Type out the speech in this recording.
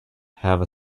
have